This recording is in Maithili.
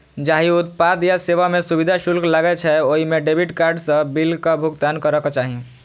जाहि उत्पाद या सेवा मे सुविधा शुल्क लागै छै, ओइ मे डेबिट कार्ड सं बिलक भुगतान करक चाही